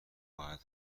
باید